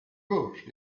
gauche